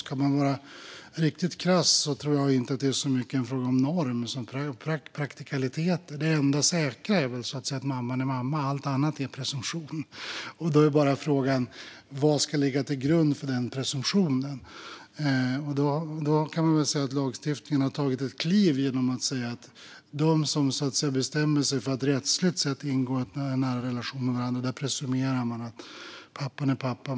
Ska man vara riktigt krass tror jag inte att det är så mycket en fråga om norm som om praktikaliteter. Det enda säkra är väl att mamman är mamman, allt annat är presumtion. Då är bara frågan: Vad ska ligga till grund för den presumtionen? Lagstiftningen har tagit ett kliv genom att säga att för dem som bestämmer sig för att på rättsligt sätt ingå en nära relation med varandra presumerar man att pappan är pappa.